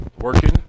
working